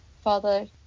father